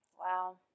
Wow